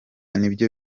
nibyo